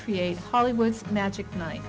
create hollywood's magic night